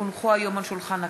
כי הונחו היום על שולחן הכנסת,